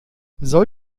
soll